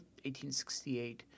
1868